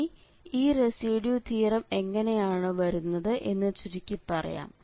ഇനി ഈ residue theorem എങ്ങനെയാണ് വരുന്നത് എന്ന് ചുരിക്കിപ്പറയാം